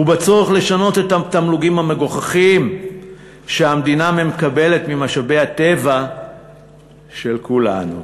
ובצורך לשנות את התמלוגים המגוחכים שהמדינה מקבלת ממשאבי הטבע של כולנו.